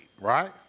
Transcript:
Right